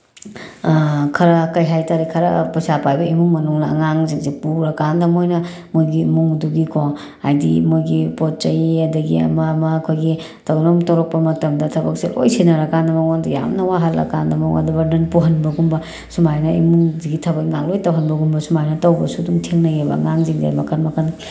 ꯈꯔ ꯀꯔꯤ ꯍꯥꯏ ꯇꯥꯔꯦ ꯈꯔ ꯄꯩꯁꯥ ꯄꯥꯏꯕ ꯏꯃꯨꯡ ꯃꯅꯨꯡꯅ ꯑꯉꯥꯡꯁꯤꯡꯁꯦ ꯄꯨꯔꯀꯥꯟꯗ ꯃꯣꯏꯅ ꯃꯣꯏꯒꯤ ꯏꯃꯨꯡꯗꯨꯒꯤꯀꯣ ꯍꯥꯏꯗꯤ ꯃꯣꯏꯒꯤ ꯄꯣꯠ ꯆꯩ ꯑꯗꯒꯤ ꯑꯃ ꯑꯃ ꯑꯩꯈꯣꯏꯒꯤ ꯊꯧꯔꯝ ꯊꯣꯛꯂꯛꯄ ꯃꯇꯝꯗ ꯊꯕꯛꯁꯦ ꯂꯣꯏ ꯁꯤꯟꯅꯔꯀꯥꯟꯗ ꯃꯉꯣꯟꯗ ꯌꯥꯝꯅ ꯋꯥꯍꯜꯂꯀꯥꯟꯗ ꯃꯉꯣꯟꯗ ꯕꯔꯗꯟ ꯄꯨꯍꯟꯕꯒꯨꯝꯕ ꯁꯨꯃꯥꯏꯅ ꯏꯃꯨꯡ ꯁꯤꯒꯤ ꯊꯕꯛ ꯏꯪꯈꯥꯡ ꯂꯣꯏ ꯇꯧꯍꯟꯕꯒꯨꯝꯕ ꯁꯨꯃꯥꯏꯅ ꯇꯧꯕꯁꯨ ꯑꯗꯨꯝ ꯊꯦꯡꯅꯩꯌꯦꯕ ꯑꯉꯥꯡꯁꯤꯡꯁꯦ ꯃꯈꯟ ꯃꯈꯟ